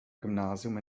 gymnasium